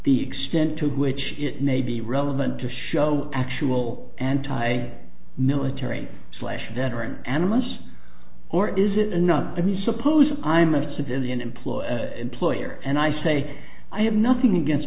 the extent to which it may be relevant to show actual anti military slash veteran animists or is it another time you suppose i'm a civilian employee employer and i say i have nothing against